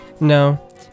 No